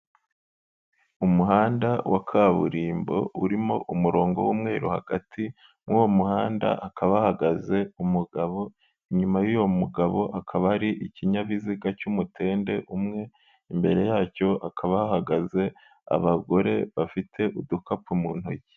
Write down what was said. Umuhanda wa kaburimbo urimo umurongo w'umweru hagati yuwo muhanda hakaba hahagaze umugabo inyuma y'uwo mugabo hakaba hari ikinyabiziga cy'umutende umwe imbere yacyo akaba hahagaze abagore bafite udukapu mu ntoki.